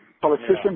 Politicians